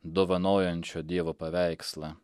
dovanojančio dievo paveikslą